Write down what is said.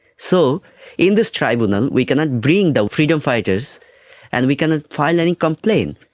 so in this tribunal we cannot bring the freedom fighters and we cannot file any complaints.